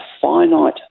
finite